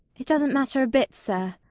it doesn't matter a bit, sir.